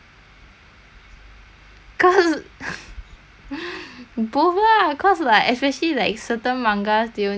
cause both lah cause like especially like certain mangas they only like have it in japanese then